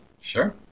Sure